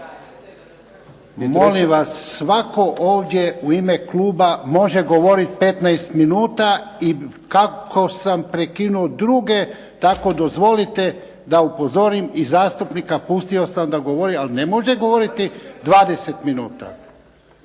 Molim vas, svatko ovdje u ime kluba može govoriti 15 minuta i kako sam prekinuo druge, tako dozvolite da upozorim i zastupnika. Pustio sam da govori, ali ne može govoriti 20 minuta.